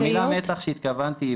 המילה 'מתח' שהתכוונתי,